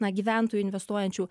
na gyventojų investuojančių